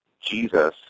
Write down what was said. Jesus